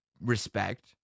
respect